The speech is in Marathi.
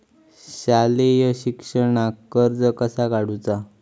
शालेय शिक्षणाक कर्ज कसा काढूचा?